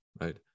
right